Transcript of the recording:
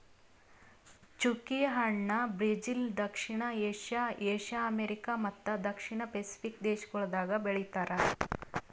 ಚ್ಚುಕಿ ಹಣ್ಣ ಬ್ರೆಜಿಲ್, ದಕ್ಷಿಣ ಏಷ್ಯಾ, ಏಷ್ಯಾ, ಅಮೆರಿಕಾ ಮತ್ತ ದಕ್ಷಿಣ ಪೆಸಿಫಿಕ್ ದೇಶಗೊಳ್ದಾಗ್ ಬೆಳಿತಾರ್